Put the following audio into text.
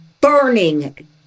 burning